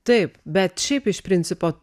taip bet šiaip iš principo